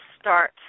start